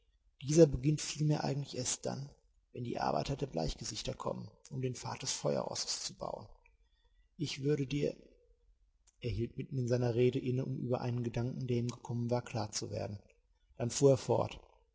dieser beginnt vielmehr eigentlich erst dann wenn die arbeiter der bleichgesichter kommen um den pfad des feuerrosses zu bauen ich würde dir er hielt mitten in seiner rede inne um über einen gedanken der ihm gekommen war klar zu werden dann fuhr er fort